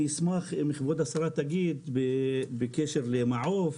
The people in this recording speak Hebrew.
אשמח אם כבוד השרה תגיד בקשר למעו"ף,